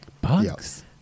Bugs